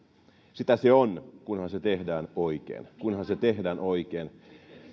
sitä se on kunhan se tehdään oikein kunhan se tehdään oikein